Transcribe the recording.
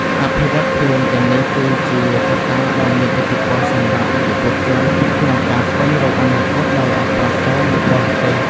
អភិវឌ្ឍខ្លួនទាំងនេះ គឺជាកត្តាដ៏មានឥទ្ធិពលសម្រាប់យុវជនក្នុងការស្វែងរកអនាគតដ៏ល្អប្រសើរនៅបរទេស។